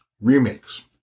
remakes